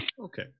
Okay